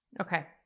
Okay